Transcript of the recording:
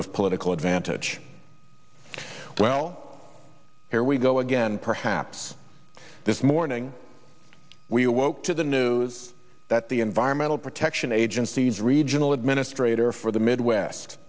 of political advantage well here we go again perhaps this morning we awoke to the news that the environmental protection agency's regional administrator for the midwest